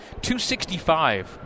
265